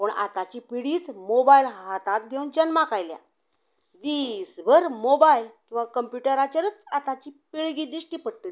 पूण आतांची पिडीच मोबायल हाताक घेवन जल्माक आयल्या दिसभर मोबायल किंवा कंम्प्युटराचेरूच आतांची पिळगी दिश्टी पडटली